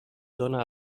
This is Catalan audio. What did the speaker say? dóna